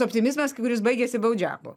optimizmas kuris baigiasi baudžiaku